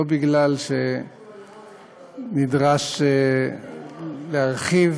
לא כי נדרש להרחיב,